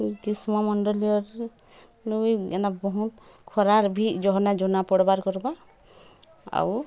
ଗ୍ରୀଷ୍ମମଣ୍ଡଳରେ ଏନ୍ତା ବହୁତ୍ ଖରାରେ ବି ଜହନା ଜହନା ପଡ଼ବାର୍ କର୍ବାର ଆଉ